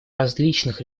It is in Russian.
различных